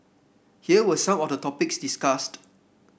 here were some of the topics discussed